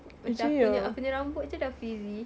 macam aku punya aku punya rambut jer dah frizzy